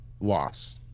loss